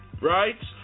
right